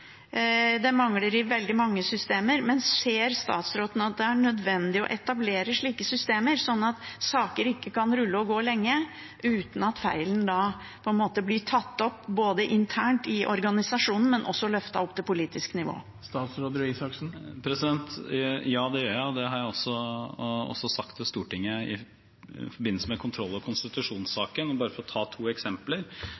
Det mangler i veldig mange systemer. Ser statsråden at det er nødvendig å etablere slike systemer, slik at saker ikke kan rulle og gå lenge uten at feilen blir både tatt opp internt i organisasjonen og løftet opp på politisk nivå? Ja, det gjør jeg, og det har jeg også sagt til Stortinget i forbindelse med kontroll- og